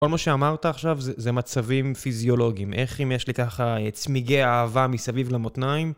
כל מה שאמרת עכשיו זה מצבים פיזיולוגיים, איך אם יש לי ככה צמיגי אהבה מסביב למותניים...